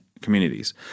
Communities